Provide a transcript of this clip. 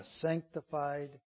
sanctified